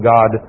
God